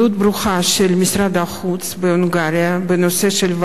של משרד החוץ בהונגריה בנושא של ולנברג.